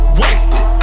wasted